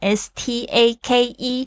stake